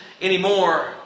anymore